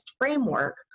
framework